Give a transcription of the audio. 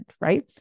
right